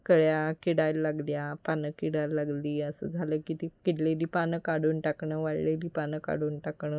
कळ्या किडायला लागल्या पानं किडायला लागली असं झालं की ती किडलेली पानं काढून टाकणं वाळलेली पानं काढून टाकणं